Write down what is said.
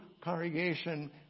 congregation